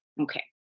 Okay